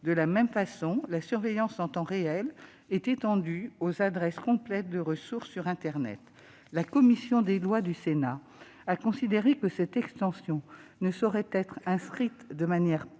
De la même façon, la surveillance en temps réel est étendue aux adresses complètes de ressources sur internet. La commission des lois du Sénat a considéré que cette extension ne saurait être inscrite de manière